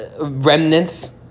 remnants